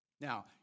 Now